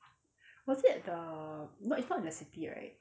was it the not it's not in the city right